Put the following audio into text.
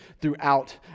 throughout